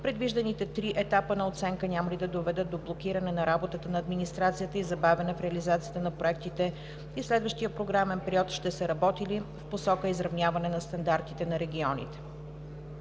предвижданите три етапа на оценка няма ли да доведат до блокиране на работата на администрацията и забавяне в реализацията на проектите, и в следващия програмен период ще се работи ли в посока изравняване на стандартите на регионите?